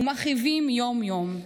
ומכאיבים יום-יום.